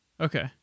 Okay